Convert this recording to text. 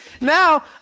Now